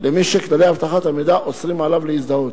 למי שכללי אבטחת המידע אוסרים עליו להזדהות.